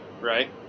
right